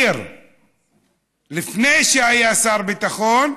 לפני שהיה שר ביטחון,